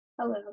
Hello